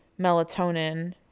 melatonin